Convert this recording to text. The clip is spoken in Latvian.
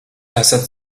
esat